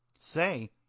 say